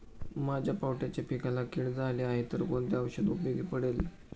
माझ्या पावट्याच्या पिकाला कीड झाली आहे तर कोणते औषध उपयोगी पडेल?